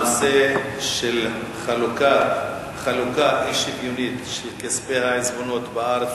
הנושא של חלוקה אי-שוויונית של כספי העיזבונות בארץ